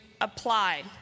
apply